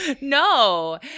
No